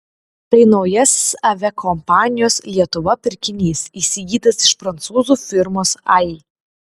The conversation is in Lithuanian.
tai naujasis aviakompanijos lietuva pirkinys įsigytas iš prancūzų firmos ai